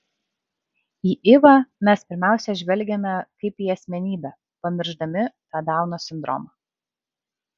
į ivą mes pirmiausia žvelgiame kaip į asmenybę pamiršdami tą dauno sindromą